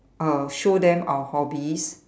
uh show them our hobbies